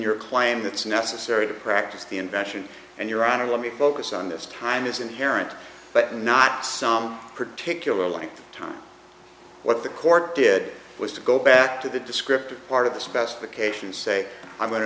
your claim that's necessary to practice the invention and your honor let me focus on this time is inherent but not some particular like time what the court did was to go back to the descriptive part of the specification say i'm going to